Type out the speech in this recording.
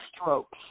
strokes